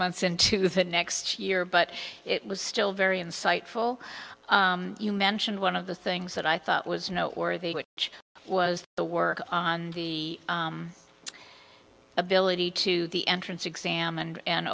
months into the next year but it was still very insightful you mentioned one of the things that i thought was noteworthy which was the work on the ability to the entrance exam and